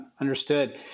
Understood